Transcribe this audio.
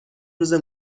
روزه